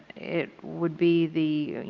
it would be the,